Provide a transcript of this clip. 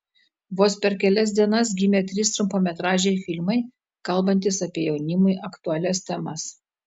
vos per kelias dienas gimė trys trumpametražiai filmai kalbantys apie jaunimui aktualias temas